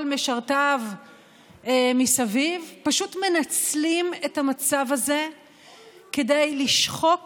משרתיו מסביב פשוט מנצלים את המצב הזה כדי לשחוק